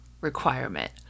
requirement